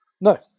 No